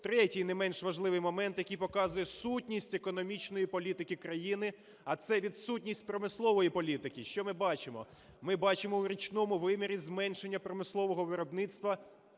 Третій не менш важливий момент, який показує сутність економічної політики країни, а це відсутність промислової політики. Що ми бачимо? Ми бачимо в річному вимірі зменшення промислового виробництва